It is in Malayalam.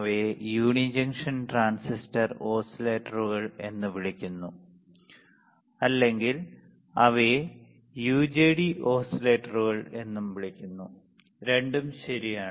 അവയെ യൂണി ജംഗ്ഷൻ ട്രാൻസിസ്റ്റർ ഓസിലേറ്ററുകൾ എന്ന് വിളിക്കുന്നു അല്ലെങ്കിൽ അവയെ യുജെടി ഓസിലേറ്ററുകൾ എന്നും വിളിക്കുന്നു രണ്ടും ശരിയാണ്